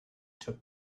took